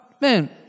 man